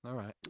right.